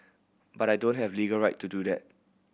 but I don't have legal right to do that